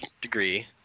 degree